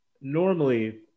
normally